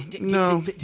No